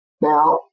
Now